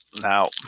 Now